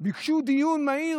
ביקשו דיון מהיר,